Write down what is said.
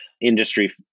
industry